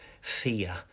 fear